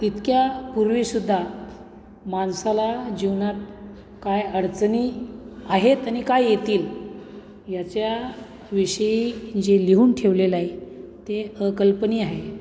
इतक्या पूर्वीसुद्धा माणसाला जीवनात काय अडचणी आहेत आणि काय येतील याच्या विषयी जे लिहून ठेवलेलं आहे ते अकल्पनीय आहे